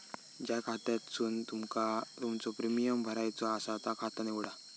ज्या खात्यासून तुमका तुमचो प्रीमियम भरायचो आसा ता खाता निवडा